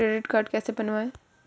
Credit card कैसे बनवाएँ?